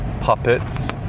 puppets